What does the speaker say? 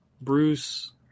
Bruce